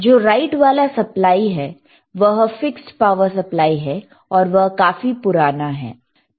जो राइट वाला power supply है वह फिक्सड पावर सप्लाई है और वह काफी पुराना है